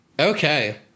Okay